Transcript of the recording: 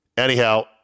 Anyhow